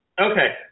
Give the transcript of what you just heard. Okay